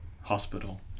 hospital